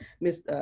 miss